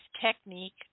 technique